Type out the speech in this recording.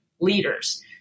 leaders